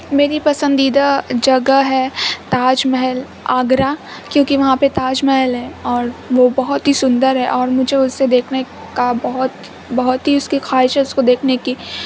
میری پسندیدہ جگہ ہے تاج محل آگرہ کیونکہ وہاں پہ تاج محل ہے اور وہ بہت ہی سندر ہے اور مجھے اسے دیکھنے کا بہت بہت ہی اس کی خواہش ہے اس کو دیکھنے کی